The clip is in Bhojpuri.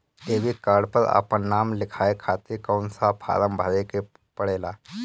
डेबिट कार्ड पर आपन नाम लिखाये खातिर कौन सा फारम भरे के पड़ेला?